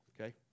okay